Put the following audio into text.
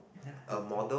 ya later